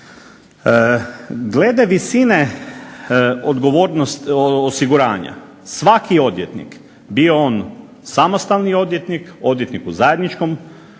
Glede visine osiguranja, svaki odvjetnik, bio on samostalni odvjetnik, odvjetnik u zajedničkom